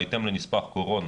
בהתאם לנספח קורונה,